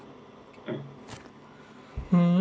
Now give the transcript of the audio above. mm